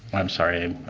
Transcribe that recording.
i'm sorry,